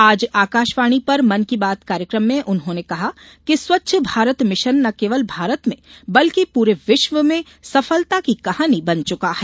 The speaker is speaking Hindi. आज आकाशवाणी पर मन की बात कार्यक्रम में उन्होंने कहा कि स्वच्छ भारत मिशन न केवल भारत में बल्कि पूरे विश्व में सफलता की कहानी बन चुका है